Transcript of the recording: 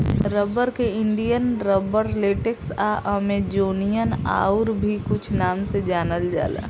rubber के Indian rubber, latex आ Amazonian आउर भी कुछ नाम से जानल जाला